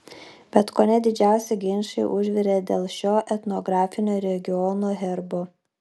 bet kone didžiausi ginčai užvirė dėl šio etnografinio regiono herbo